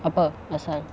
apa pasal